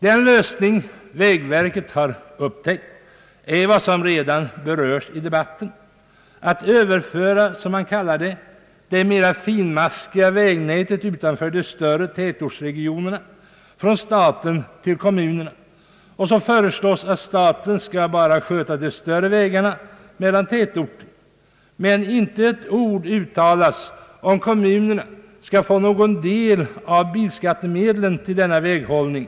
Den lösning vägverket har upptäckt är — som redan berörts i debatten — att överföra vad man kallar det mera finmaskiga vägnätet utanför de större tätortsregionerna från staten till kommunerna. Det föreslås att staten bara skall sköta de större vägarna mellan tätorter, men inte ett ord uttalas om kommunerna skall få någon del av bilskattemedlen till denna väghållning.